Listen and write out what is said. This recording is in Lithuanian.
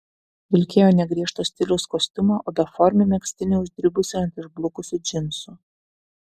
vilkėjo ne griežto stiliaus kostiumą o beformį megztinį uždribusį ant išblukusių džinsų